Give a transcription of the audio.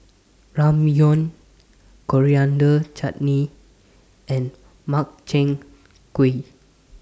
Ramyeon Coriander Chutney and Makchang Gui